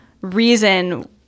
reason